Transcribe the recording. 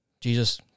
Jesus